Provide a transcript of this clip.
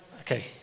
okay